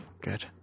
good